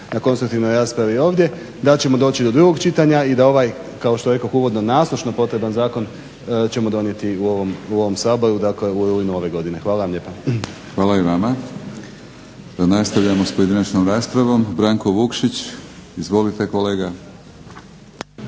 na konstruktivnoj raspravi ovdje da ćemo doći do drugog čitanja i da ovaj kao što rekoh uvodno nasušno potreban zakon ćemo donijeti u ovom Saboru u rujnu ove godine. Hvala vam lijepa. **Batinić, Milorad (HNS)** Hvala i vama. Nastavljamo s pojedinačnom raspravom. Branko Vukšić. Izvolite kolega.